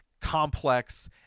complex